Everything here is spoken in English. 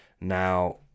Now